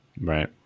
Right